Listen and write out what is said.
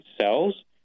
cells